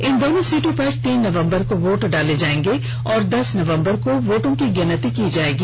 इन दोनों सीटों पर तीन नवम्बर को वोट डाले जायेंगे और दस नवम्बर को वोटों की गिनती की जाएगी